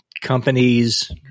companies